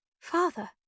Father